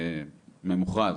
ממוכרז,